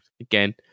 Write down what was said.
again